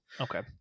okay